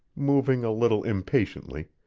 moving a little impatiently,